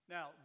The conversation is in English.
Now